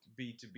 b2b